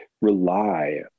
rely